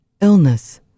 illness